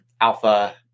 alpha